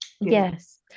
yes